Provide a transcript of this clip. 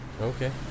Okay